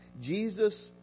Jesus